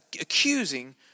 accusing